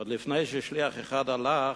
עוד לפני ששליח אחד הלך,